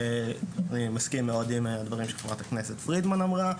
אני מסכים מאוד עם הדברים שחברת הכנסת פרידמן אמרה.